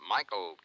Michael